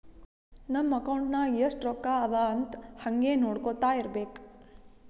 ನಮ್ ಅಕೌಂಟ್ ನಾಗ್ ಎಸ್ಟ್ ರೊಕ್ಕಾ ಅವಾ ಅಂತ್ ಹಂಗೆ ನೊಡ್ಕೊತಾ ಇರ್ಬೇಕ